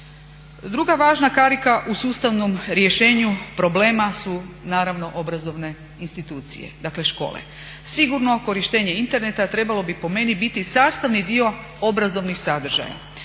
Druga važna karika u sustavnom rješenju problema su naravno obrazovno institucije, dakle škole. Sigurno korištenje interneta trebalo bi po meni biti sastavni dio obrazovnih sadržaja.